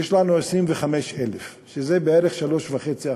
יש לנו 25,000 שזה בערך 3.5%,